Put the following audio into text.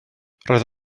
roedd